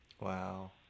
wow